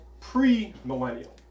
pre-millennial